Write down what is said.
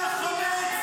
אני לא רוצה לשמוע אותך.